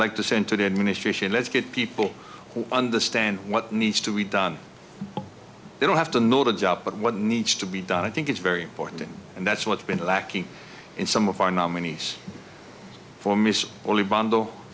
like to send to the administration let's get people who understand what needs to be done they don't have to know the job but what needs to be done i think it's very important and that's what's been lacking in some of our nominees